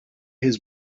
his